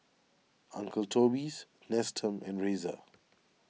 Uncle Toby's Nestum and Razer